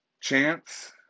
Chance